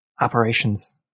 operations